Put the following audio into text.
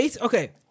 Okay